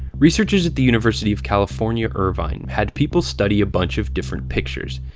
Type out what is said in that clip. researchers at the university of california, irvine had people study a bunch of different pictures.